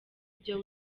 ibyo